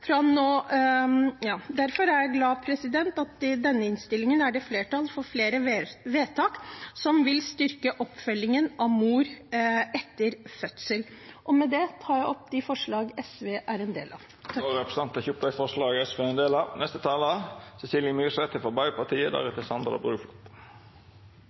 er glad for at det i denne innstillingen er flertall for flere vedtak som vil styrke oppfølgingen av mor etter fødsel. Med det tar jeg opp de forslagene SV er en del av. Då har representanten Marian Hussein teke opp dei forslaga SV er ein del av.